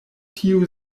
tiu